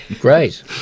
Great